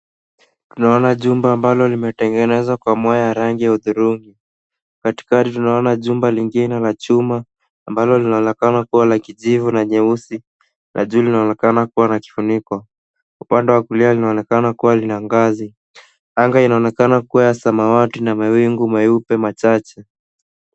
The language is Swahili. Tunaona jumba ambalo limetengenezwa kwa mawe ya rangi ya hudhurungi. Katikati tunaona jumba lingine na chuma ambalo linaonekana kuwa la kijivu na nyeusi na juu linaonekana kuwa na kifuniko. Upande wa kulia linaonekana kuwa lina ngazi. Anga inaonekana kuwa ya samawati na mawingu meupe machache.